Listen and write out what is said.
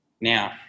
Now